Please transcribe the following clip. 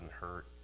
hurt